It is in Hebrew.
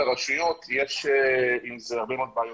בכל מה שקשור לנושא של הרשויות יש עם זה הרבה מאוד בעיות.